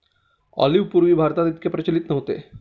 olive पूर्वी भारतात इतके प्रचलित नव्हते